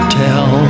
tell